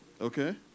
Okay